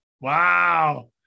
Wow